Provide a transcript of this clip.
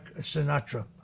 Sinatra